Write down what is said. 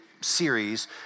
series